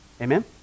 Amen